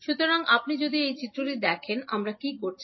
সুতরাং আপনি যদি এই চিত্রটি দেখুন আমরা কি করছেন